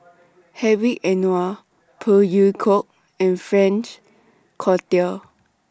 Hedwig Anuar Phey Yew Kok and Frank Cloutier